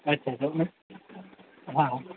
अच्छा अच्छा मग हा